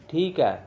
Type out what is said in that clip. ਠੀਕ ਹੈ